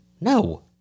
No